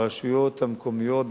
ברשויות המקומיות,